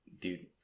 dude